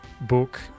book